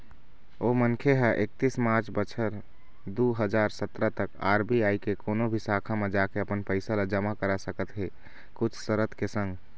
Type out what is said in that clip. ओ मनखे ह एकतीस मार्च बछर दू हजार सतरा तक आर.बी.आई के कोनो भी शाखा म जाके अपन पइसा ल जमा करा सकत हे कुछ सरत के संग